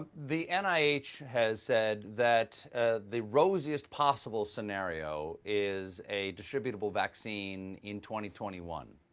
the n i h. has said that the rosiest possible scenario is a distributable vaccine in twenty twenty one.